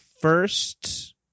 first